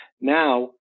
Now